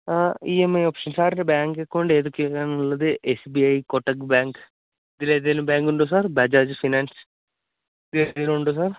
ആ E M I ഓപ്ഷന് സാറിന്റെ ബാങ്ക് അക്കൌണ്ട് എതോക്കെയാണെന്നുള്ളത് S B I Kotak bank ഇതിൽ ഏതെങ്കിലും ബാങ്ക് ഉണ്ടോ സാർ ബജാജ് ഫിനാന്സ് ഇതില് ഏതെങ്കിലും ഉണ്ടോ സാര്